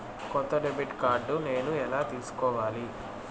కొత్త debit card నేను ఎలా తీసుకోవాలి?